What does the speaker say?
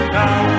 now